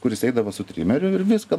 kuris eidavo su trimeriu ir viską